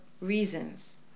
reasons